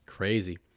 crazy